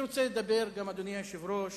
אדוני היושב-ראש,